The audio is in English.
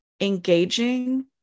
engaging